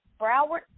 Broward